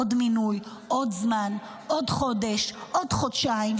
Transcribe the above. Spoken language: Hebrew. עוד מינוי, עוד זמן, עוד חודש, עוד חודשיים.